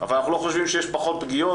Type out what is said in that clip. אבל אנחנו לא חושבים שיש פחות פגיעות